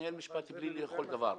מתנהל משפט פלילי לכל דבר.